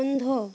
বন্ধ